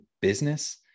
business